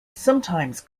sometimes